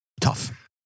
tough